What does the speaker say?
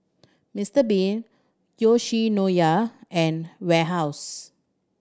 Mister Bean Yoshinoya and Warehouse